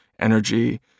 energy